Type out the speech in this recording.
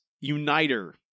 uniter